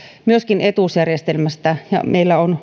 myöskin etuusjärjestelmästä meillä on